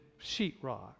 sheetrock